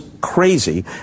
crazy